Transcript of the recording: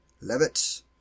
Levitt